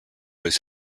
his